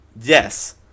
yes